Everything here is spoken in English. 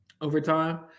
Overtime